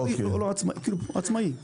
--- מרלו"ג.